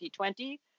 2020